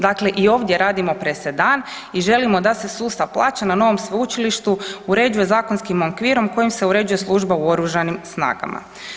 Dakle i ovdje radimo presedan i želimo da se sustav plaće na novom sveučilište zakonskim okvirom kojim se urešuje služba u Oružanim snagama.